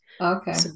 Okay